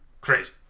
Crazy